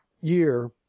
year